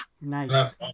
Nice